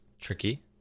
tricky